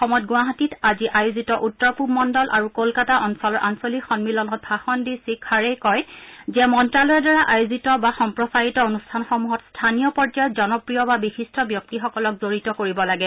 অসমত গুৱাহাটীত আজি আয়োজিত উত্তৰ পূৱ মণ্ডল আৰু কলকাতা অঞ্চলৰ আঞ্চলিক সন্মিলনত ভাষণ দিশ্ৰীখাৰেই কয় যে মন্ত্ৰালয়ৰ দ্বাৰা আয়োজিত বা সম্প্ৰচাৰিত অনুষ্ঠানসমূহত স্থানীয় পৰ্যায়ত জনপ্ৰিয় বা বিশিষ্ট ব্যক্তিসকলক জড়িত কৰিব লাগে